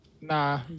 Nah